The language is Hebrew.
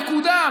נקודה.